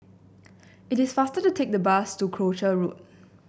it is faster to take the bus to Croucher Road